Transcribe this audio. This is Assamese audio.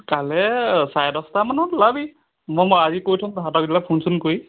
তালে চাৰে দছটামানত ওলাবি মই আজি কৈ থ'ম তাহাঁতক ফোন চোন কৰি